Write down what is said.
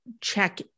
check